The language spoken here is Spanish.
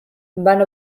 van